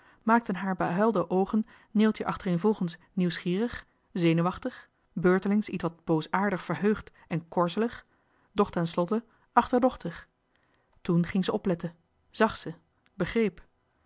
maakten haar behuilde oogen neeltje achtereenvolgens nieuwsgierig zenuwachtig beurtelings ietwat boosaardig verheugd en korzelig doch ten slotte achterdochtig toen ging ze opletten zag ze begreep